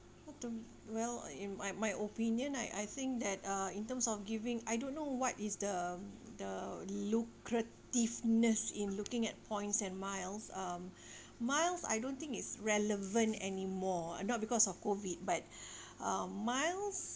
well uh in my my opinion I I think that uh in terms of giving I don't know what is the the lucrativeness in looking at points and miles um miles I don't think it's relevant anymore uh not because of COVID but uh miles